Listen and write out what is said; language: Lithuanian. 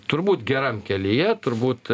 turbūt geram kelyje turbūt